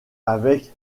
avec